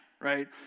right